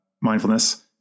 mindfulness